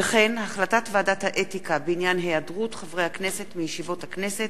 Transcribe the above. והחלטת ועדת האתיקה בעניין היעדרות חברי הכנסת מישיבות הכנסת